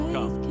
Come